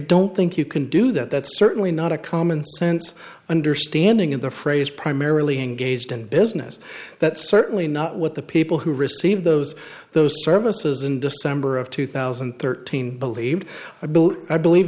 don't think you can do that that's certainly not a commonsense understanding of the phrase primarily engaged in business that's certainly not what the people who receive those those services in december of two thousand and thirteen believe i believe i believe